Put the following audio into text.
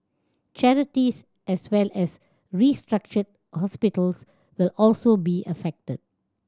charities as well as restructured hospitals will also be affected